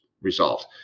resolved